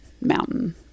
mountain